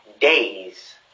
days